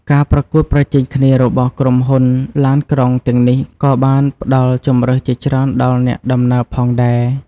ការប្រកួតប្រជែងគ្នារបស់ក្រុមហ៊ុនឡានក្រុងទាំងនេះក៏បានផ្តល់ជម្រើសជាច្រើនដល់អ្នកដំណើរផងដែរ។